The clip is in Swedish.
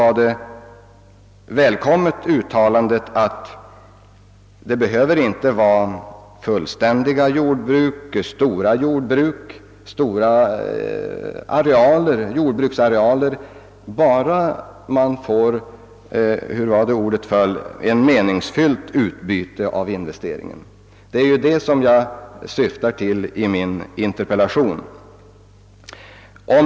Om jag förstod jordbruksministern rätt behöver det inte vara ett fullständigt jordbruk eller stora jordbruksarealer, bara man får ett »meningsfyllt» utbyte av investeringen. Det är detta jag syftar till i min interpellation.